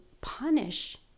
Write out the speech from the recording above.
punish